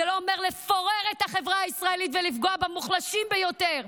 זה לא אומר לפורר את החברה הישראלית ולפגוע במוחלשים ביותר.